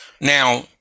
Now